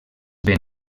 ben